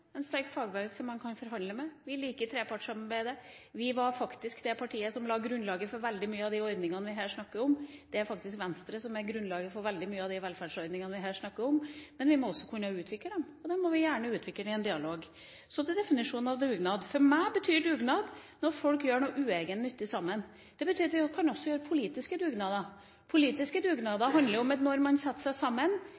en sterk fagbevegelse som man kan forhandle med. Vi liker trepartssamarbeidet. Vi var faktisk det partiet som la grunnlaget for veldig mange av de ordningene vi her snakker om. Det er faktisk Venstre som la grunnlaget for veldig mange av de velferdsordningene vi her snakker om. Men vi må også kunne utvikle dem, og det må vi gjerne gjøre i en dialog. Så til definisjonen av dugnad. For meg betyr dugnad at folk gjør noe uegennyttig sammen. Det betyr at vi også kan ha politiske dugnader. Politiske